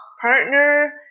Partner